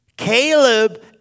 Caleb